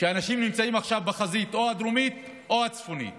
מאנשים שנמצאים עכשיו בחזית הדרומית או הצפונית